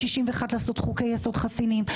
ב-61 לעשות חוקי יסוד חסינים,